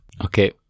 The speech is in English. Okay